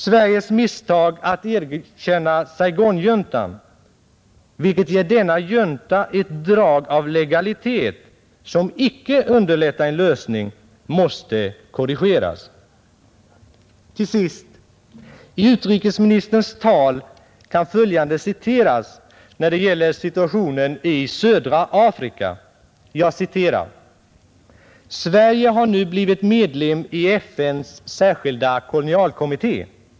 Sveriges misstag att erkänna Saigonjuntan, vilket ger denna ett drag av legalitet som icke underlättar en lösning, måste korrigeras. Till sist. I utrikesministerns tal kan följande citeras när det gäller situationen i södra Afrika: ”Sverige har nu blivit medlem i FN:s särskilda kolonialkommitté.